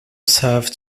serve